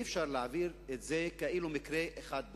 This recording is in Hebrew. אי-אפשר להעביר את זה כאילו היה מקרה אחד בודד,